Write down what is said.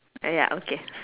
ah ya okay